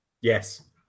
Yes